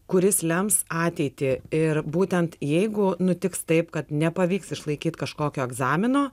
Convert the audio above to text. kuris lems ateitį ir būtent jeigu nutiks taip kad nepavyks išlaikyti kažkokio egzamino